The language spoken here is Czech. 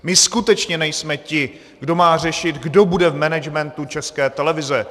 My skutečně nejsme ti, kdo má řešit, kdo bude v managementu České televize.